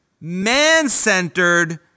man-centered